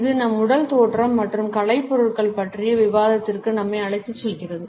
இது நமது உடல் தோற்றம் மற்றும் கலைப்பொருட்கள் பற்றிய விவாதத்திற்கு நம்மை அழைத்துச் செல்கிறது